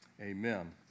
Amen